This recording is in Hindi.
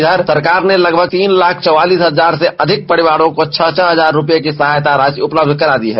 इधर सरकार ने लगभग तीन लाख चौवालीस हजार से अधिक परिवारों को छह छह हजार रूपये की सहायता राशि उपलब्ध करा दी है